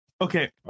Okay